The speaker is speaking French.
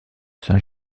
saint